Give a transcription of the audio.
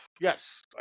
Yes